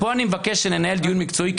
פה אני מבקש שננהל דיון מקצועי,